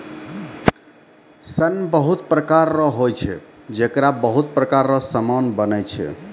सन बहुत प्रकार रो होय छै जेकरा बहुत प्रकार रो समान बनै छै